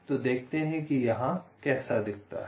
तो देखते हैं कि यहां कैसा दिखता है